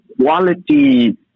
quality